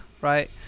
Right